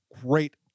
Great